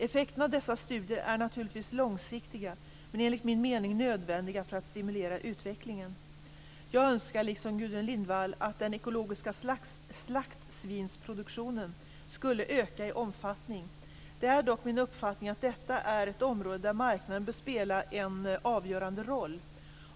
Effekten av dessa studier är naturligtvis långsiktiga men enligt min mening nödvändiga för att stimulera utvecklingen. Jag önskar, liksom Gudrun Lindvall, att den ekologiska slaktsvinsproduktionen skulle öka i omfattning. Det är dock min uppfattning att detta är ett område där marknaden bör spela en avgörande roll.